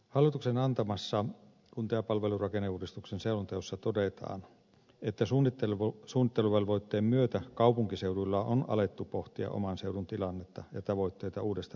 hallituksen antamassa kunta ja palvelurakenneuudistuksen selonteossa todetaan että suunnitteluvelvoitteen myötä kaupunkiseuduilla on alettu pohtia oman seudun tilannetta ja tavoitteita uudesta näkökulmasta